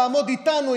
תעמוד איתנו,